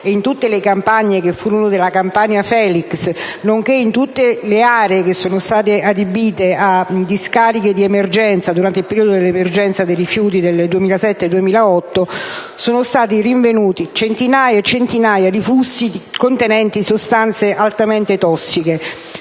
e in tutte le campagne che furono della *Campania felix*, nonché in tutte le aree che sono state adibite a discariche di emergenza durante il periodo dell'emergenza rifiuti del 2007-2008, sono state rinvenuti centinaia e centinaia di fusti contenenti sostanze altamente tossiche